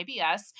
IBS